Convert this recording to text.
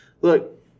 look